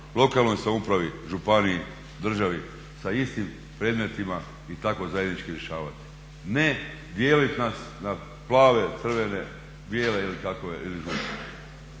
lokalnoj samoupravi, županiji, državi sa istim predmetima i tako zajednički rješavati. Ne dijeliti nas na plave, crvene, bijele ili kakav